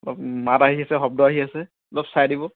অলপ মাত আহি আছে শব্দ আহি আছে অলপ চাই দিব